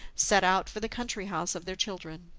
set out for the country house of their children.